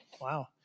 Wow